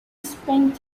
spent